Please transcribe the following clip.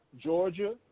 Georgia